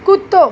कुतो